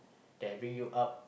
that bring you up